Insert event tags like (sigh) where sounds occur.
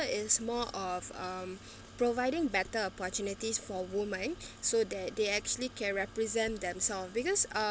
it's more of um providing better opportunities for women (breath) so that they actually can represent themselves because uh